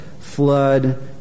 flood